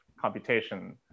computation